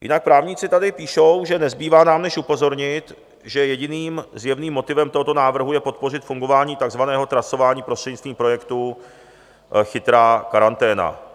Jinak právníci tady píšou, že nezbývá nám než upozornit, že jediným zjevným motivem tohoto návrhu je podpořit fungování takzvaného trasování prostřednictví projektu Chytrá karanténa.